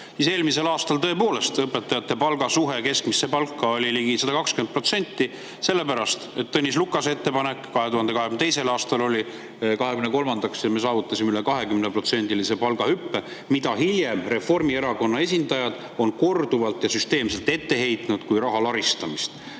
Eelmisel aastal tõepoolest õpetajate palga suhe keskmise palgaga oli ligi 120%, sellepärast et Tõnis Lukase ettepanek 2022. aastal oli 2023. aastaks ja me saavutasime üle 20%-lise palgahüppe, mida hiljem Reformierakonna esindajad on korduvalt ja süsteemselt ette heitnud kui raha laristamist.